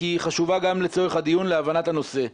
כי היא חשובה גם לצורך הדיון להבנת הנושא,